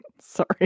sorry